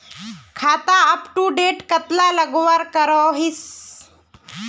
खाता अपटूडेट कतला लगवार करोहीस?